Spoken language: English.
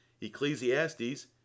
Ecclesiastes